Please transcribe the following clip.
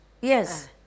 Yes